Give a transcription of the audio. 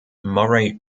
murray